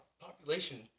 population